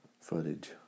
footage